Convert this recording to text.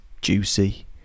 Juicy